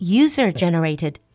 user-generated